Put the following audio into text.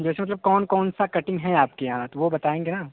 जैसे मतलब कौन कौनसा कटिंग है आपके यहाँ वो बताएँगे ना